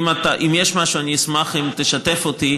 אם יש משהו, אני אשמח אם תשתף אותי.